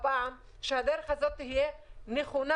מלכתחילה שהדרך הזאת תהיה נכונה.